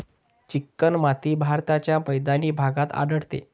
चिकणमाती भारताच्या मैदानी भागात आढळते